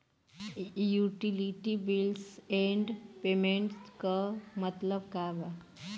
Utility bills and payments क मतलब का बा?